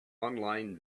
online